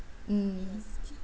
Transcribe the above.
mm